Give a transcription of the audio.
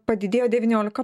padidėjo devyniolika